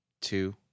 two